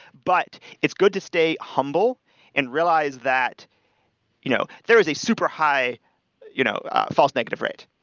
but it's good to stay humble and realize that you know there is a super high you know false negative rate.